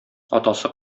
атасы